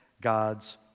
God's